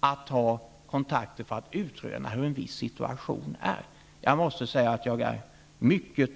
att ta kontakter för att utröna läget på en viss punkt.